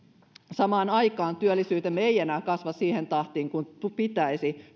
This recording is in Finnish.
samaan aikaan työllisyytemme ei työllisyystoimien puuttuessa enää kasva siihen tahtiin kuin pitäisi